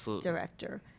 director